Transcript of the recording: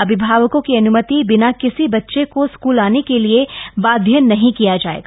अभिभावक की अन्मति बिना किसी बच्चे क स्कूल आने के लिए बाध्य नहीं किया जाएगा